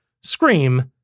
Scream